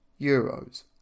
euros